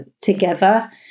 together